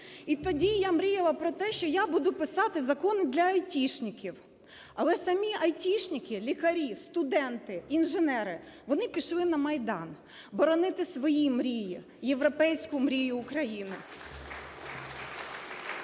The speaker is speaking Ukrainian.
і тоді я мріяла про те, що я буду писати закони для айтішників, але самі айтішники, лікарі, студенти, інженери, вони пішли на Майдан боронити свої мрії, європейську мрію України.